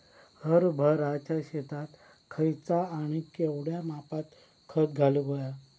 हरभराच्या शेतात खयचा आणि केवढया मापात खत घालुक व्हया?